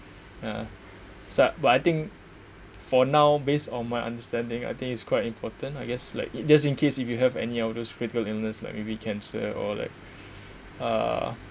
ya so but I think for now based on my understanding I think it's quite important I guess like it just in case if you have any of those critical illness like maybe cancer or like a